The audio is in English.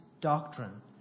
doctrine